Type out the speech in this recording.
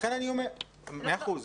מאה אחוז.